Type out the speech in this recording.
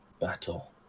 battle